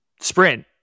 sprint